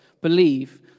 believe